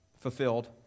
Fulfilled